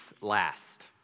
last